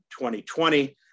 2020